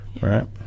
right